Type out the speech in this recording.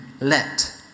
let